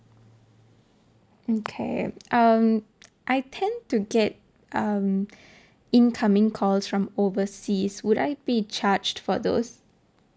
okay um I tend to get um incoming calls from overseas would I be charged for those